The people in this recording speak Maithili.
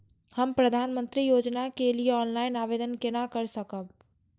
हम प्रधानमंत्री योजना के लिए ऑनलाइन आवेदन केना कर सकब?